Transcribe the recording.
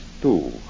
two